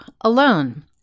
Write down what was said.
alone